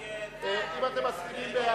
קבוצת סיעת האיחוד הלאומי וקבוצת סיעת